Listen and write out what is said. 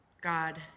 God